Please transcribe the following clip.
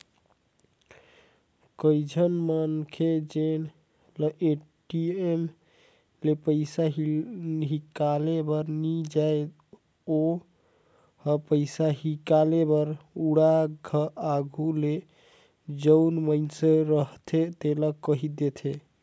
कइझन मनखे जेन ल ए.टी.एम ले पइसा हिंकाले बर नी आय ओ ह पइसा हिंकाले बर उहां आघु ले जउन मइनसे रहथे तेला कहि देथे